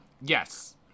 Yes